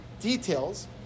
details